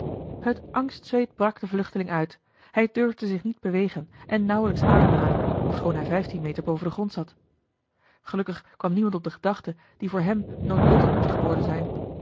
het angstzweet brak den vluchteling uit hij durfde zich niet bewegen en nauwelijks ademhalen ofschoon hij vijftien meter boven den grond zat gelukkig eli heimans willem roda kwam niemand op de gedachte die voor hem noodlottig moest geworden zijn